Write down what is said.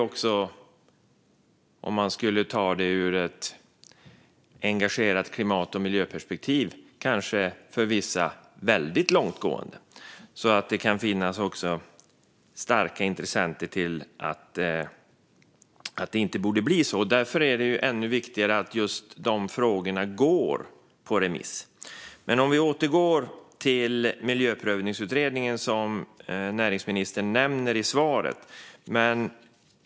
Om man ser det ur ett engagerat klimat och miljöperspektiv är den kanske också för vissa väldigt långtgående. Det kan alltså finnas intressenter som starkt menar att det inte borde bli så. Därför är det ännu viktigare att just de frågorna går på remiss. Jag återgår till Miljöprövningsutredningen som näringsministern nämner i svaret.